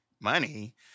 money